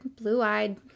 blue-eyed